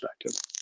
perspective